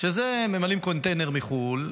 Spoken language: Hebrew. שממלאים קונטיינר מחו"ל,